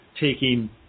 taking